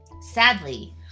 Sadly